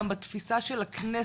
גם בתפיסה של הכנסת,